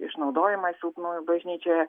išnaudojimą silpnųjų bažnyčioje